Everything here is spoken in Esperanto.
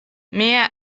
mia